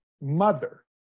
mother